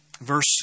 Verse